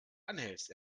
anhältst